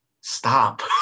stop